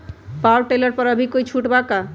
Power tiller पर अभी कोई छुट बा का?